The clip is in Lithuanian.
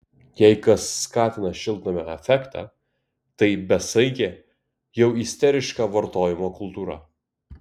jei kas skatina šiltnamio efektą tai besaikė jau isteriška vartojimo kultūra